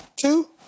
two